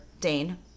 Dane